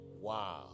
Wow